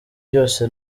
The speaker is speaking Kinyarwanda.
byose